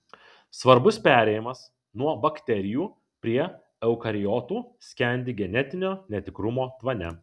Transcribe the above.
svarbus perėjimas nuo bakterijų prie eukariotų skendi genetinio netikrumo tvane